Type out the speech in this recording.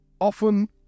often